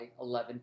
11